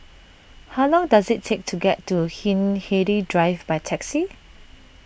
how long does it take to get to Hindhede Drive by taxi